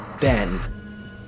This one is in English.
Ben